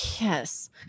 Yes